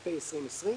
התש"ף 2020."